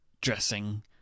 dressing